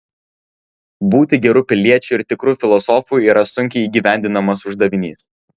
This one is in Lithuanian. būti geru piliečiu ir tikru filosofu yra sunkiai įgyvendinamas uždavinys